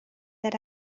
that